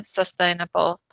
sustainable